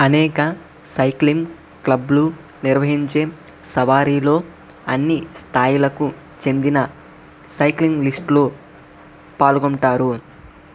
అనేక సైక్లింగ్ క్లబ్లు నిర్వహించే సవారిలో అన్ని స్థాయిలకు చెందిన సైక్లింగ్ లిస్ట్లు పాల్గొంటారు